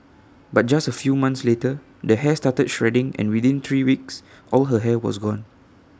but just A few months later the hair started shedding and within three weeks all her hair was gone